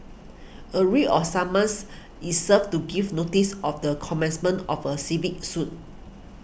a writ of summons is served to give notice of the commencement of a civil suit